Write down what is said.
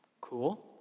Cool